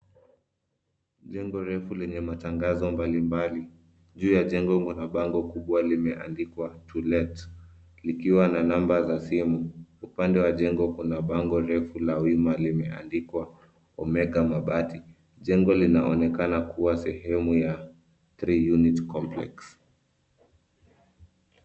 Jengo refu lenye matangazo mbalimbali. Juu ya jengo kuna bango kubwa limeandikwa To Let likiwa na namba za simu. Upande wa jengo kuna bango refu la wima limeandikwa Omega Mabati. Jengo linaonekana kua sehumu ya 3 Units Complex .